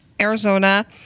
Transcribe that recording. Arizona